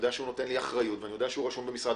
שהוא נותן לי אחריות ושהוא רשום במשרד